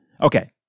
Okay